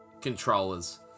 controllers